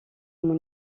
mon